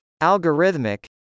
Algorithmic